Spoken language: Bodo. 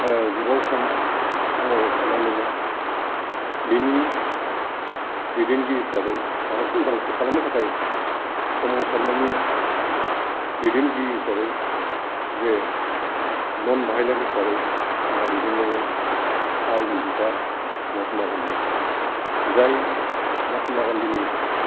गोबाव सम सोमावसारनांदोंमोन बेनि दैदेनगिरि हिसाबै भारतखौ उदांस्रि खालामनो थाखाय सोमावसारनायनि दैदेनगिरि हिसाबै जे न'न भाइलेन्ट हिसाबै जोंहा दैदेनदोंमोन हारिनि बिफा महात्मा गान्धि जाय महात्मा गान्धिनि